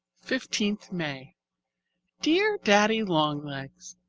fifteenth may dear daddy-long-legs,